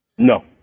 No